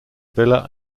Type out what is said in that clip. villa